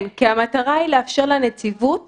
כן, כי המטרה היא לאפשר לנציבות